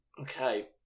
Okay